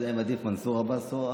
אני לא יודע אם עדיף מנסור עבאס או אחמד.